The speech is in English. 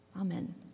Amen